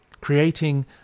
Creating